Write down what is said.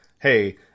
hey